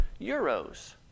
euros